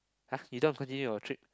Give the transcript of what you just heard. !huh! you don't want continue your trip